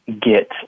Get